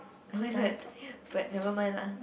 toilet but never mind lah